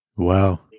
Wow